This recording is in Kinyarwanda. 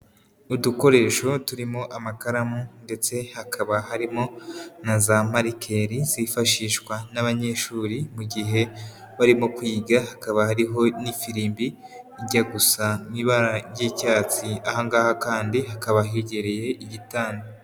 Udukoresho turimo amakaramu ndetse hakaba harimo na za marikeri zifashishwa n'abanyeshuri mu gihe barimo kwiga, hakaba hariho n'ifirimbi ijya gusa n'ibara ry'icyatsi, aha ngaha kandi hakaba hegereye igitanda.